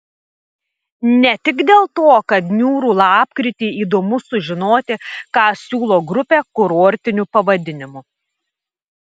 ne tik dėl to kad niūrų lapkritį įdomu sužinoti ką siūlo grupė kurortiniu pavadinimu